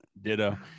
Ditto